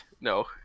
No